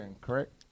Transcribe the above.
correct